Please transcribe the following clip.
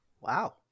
Wow